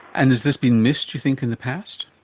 and has this been missed, do you think, in the past?